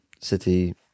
city